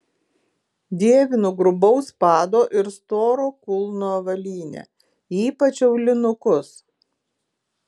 dievinu grubaus pado ir storo kulno avalynę ypač aulinukus